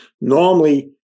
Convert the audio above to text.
Normally